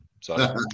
Sorry